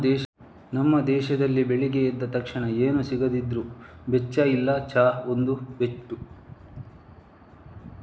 ನಮ್ಮ ದೇಶದಲ್ಲಿ ಬೆಳಿಗ್ಗೆ ಎದ್ದ ತಕ್ಷಣ ಏನು ಸಿಗದಿದ್ರೂ ಬೆಚ್ಚ ಇಲ್ಲ ಚಾ ಒಂದು ಬಿಟ್ಟು